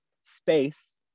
space